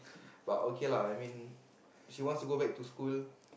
but okay lah I mean if she wants to go back to school